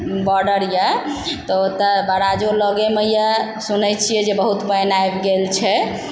border यऽ तऽ ओतऽ बराजो लगेमे यऽ सुनै छियै बहुत पानि आबि गेल छै